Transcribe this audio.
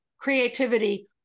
creativity